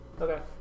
Okay